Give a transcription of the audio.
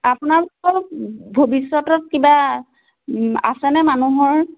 আপোনালোকৰ ভৱিষ্যতত কিবা আছেনে মানুহৰ